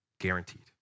guaranteed